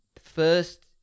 first